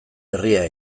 herria